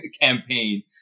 campaign